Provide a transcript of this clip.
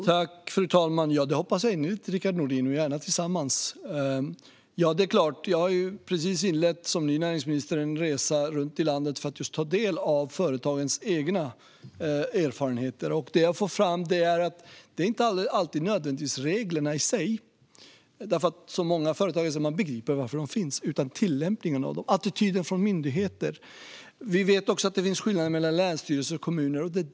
Fru talman! Det hoppas jag innerligt, Rickard Nordin, och gärna tillsammans. Jag har som ny näringsminister precis inlett en resa runt i landet för att just ta del av företagens egna erfarenheter. Det jag får fram är att det inte alltid nödvändigtvis handlar om reglerna i sig - som många företagare säger begriper man varför de finns - utan om tillämpningen av dem och om attityden från myndigheter. Vi vet också att det finns skillnader mellan länsstyrelser och kommuner.